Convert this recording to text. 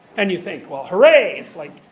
and you think, well, hooray. it's like,